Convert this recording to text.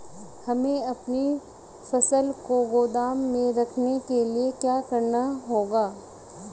हमें अपनी फसल को गोदाम में रखने के लिये क्या करना होगा?